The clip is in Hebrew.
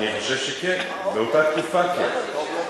אני חושב שכן, אה, אוקיי, באותה תקופה כן.